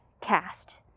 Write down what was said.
cast